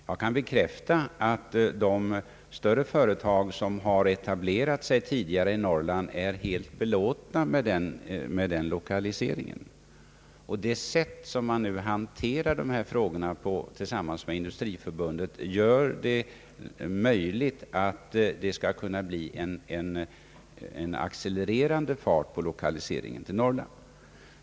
Jag kan bekräfta att de större företag som tidigare har etablerat sig i Norr land är helt belåtna med den lokaliseringen, och det sätt på vilket regeringen tillsammans med Industriförbundet nu hanterar dessa frågor gör att det bör kunna bli en accelererande fart på lokaliseringen i Norrland.